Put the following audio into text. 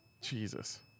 Jesus